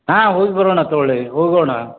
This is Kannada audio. ಹಾಂ ಹೋಗಿ ಬರೋಣ ತಗೊಳ್ಳಿ ಹೋಗೋಣ